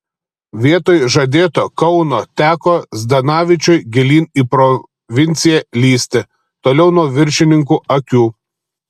vietoj žadėto kauno teko zdanavičiui gilyn į provinciją lįsti toliau nuo viršininkų akių